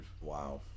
Wow